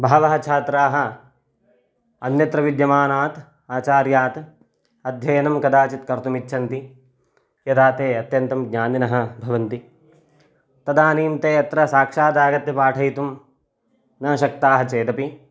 बहवः छात्राः अन्यत्र विद्यमानात् आचार्यात् अध्ययनं कदाचित् कर्तुमिच्छन्ति यदा ते अत्यन्तं ज्ञानिनः भवन्ति तदानीं ते अत्र साक्षादागत्य पाठयितुं न शक्ताः चेदपि